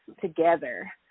together